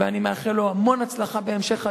ואני מאחל לו המון הצלחה בהמשך הדרך,